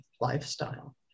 lifestyle